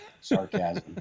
sarcasm